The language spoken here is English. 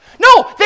no